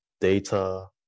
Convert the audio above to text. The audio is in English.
data